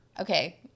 Okay